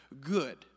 good